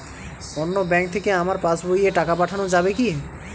অন্য ব্যাঙ্ক থেকে আমার পাশবইয়ে টাকা পাঠানো যাবে কি?